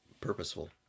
purposeful